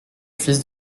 fils